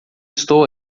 estou